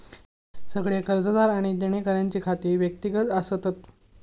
सगळे कर्जदार आणि देणेकऱ्यांची खाती व्यक्तिगत असतत